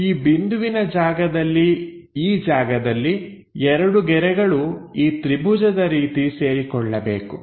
ಈ ಬಿಂದುವಿನ ಜಾಗದಲ್ಲಿ ಈ ಜಾಗದಲ್ಲಿ ಎರಡು ಗೆರೆಗಳು ಈ ತ್ರಿಭುಜದ ರೀತಿ ಸೇರಿಕೊಳ್ಳಬೇಕು